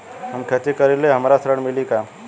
हम खेती करीले हमरा ऋण मिली का?